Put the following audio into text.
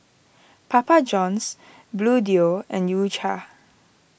Papa Johns Bluedio and U Cha